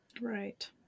Right